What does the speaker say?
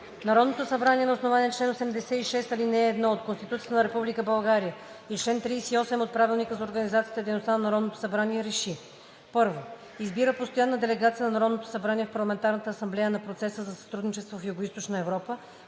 Народното събрание на основание чл. 86, ал. 1 от Конституцията на Република България и чл. 38 от Правилника за организацията и дейността на Народното събрание РЕШИ: 1. Избира постоянна делегация на Народното събрание в Парламентарната асамблея на Процеса за сътрудничество в Югоизточна Европа